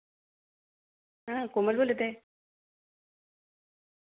hello हां हो